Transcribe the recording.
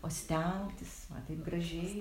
o stengtis man taip gražiai